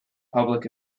public